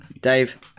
Dave